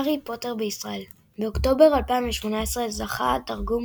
הארי פוטר בישראל באוקטובר 2018 זכה התרגום